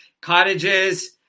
Cottages